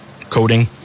coding